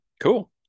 cool